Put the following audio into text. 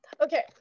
Okay